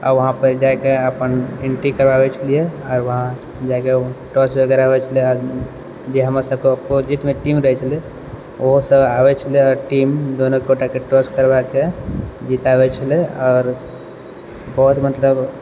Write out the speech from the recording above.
आओर वहाँपर जाइके अपन एन्ट्री करबाबय छलियै आओर वहाँ जाके टॉस वगैरह होइ छलै जे हमर सबके अपोजिटमे टीम रहय छलै ओहो सब आबय छलै टीम दोनो गोटाके टॉस करबाके जिताबय छलै आओर बहुत मतलब